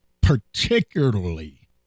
particularly